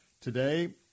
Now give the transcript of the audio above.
today